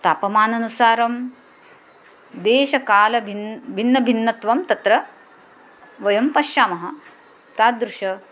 तापमानानुसारं देशकालभिन्नं भिन्नं भिन्नत्वं तत्र वयं पश्यामः तादृशम्